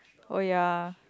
oh ya